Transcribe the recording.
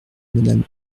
madame